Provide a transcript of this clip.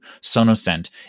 SonoSent